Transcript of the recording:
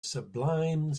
sublime